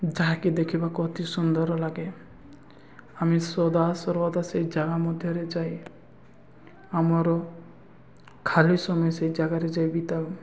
ଯାହାକି ଦେଖିବାକୁ ଅତି ସୁନ୍ଦର ଲାଗେ ଆମେ ସଦାସର୍ବଦା ସେଇ ଜାଗା ମଧ୍ୟରେ ଯାଇ ଆମର ଖାଲି ସମୟ ସେଇ ଜାଗାରେ ଯାଇ ବିତାଉ